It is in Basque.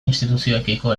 instituzioekiko